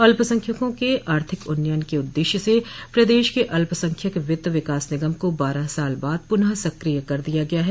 अल्पसंख्यकों के आर्थिक उन्नयन के उद्देश्य से प्रदेश के अल्पसंख्यक वित्त विकास निगम को बारह साल बाद पुनः सक्रिय कर दिया गया है